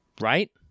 Right